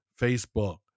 Facebook